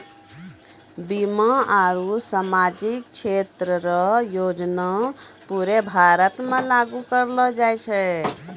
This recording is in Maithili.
बीमा आरू सामाजिक क्षेत्र रो योजना पूरे भारत मे लागू करलो जाय छै